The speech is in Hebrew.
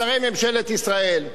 שרי ממשלת ישראל,